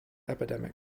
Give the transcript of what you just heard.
epidemic